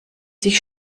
sich